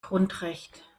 grundrecht